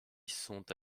sont